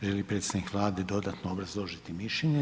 Želi li predsjednik Vlade dodatno obrazložiti mišljenje?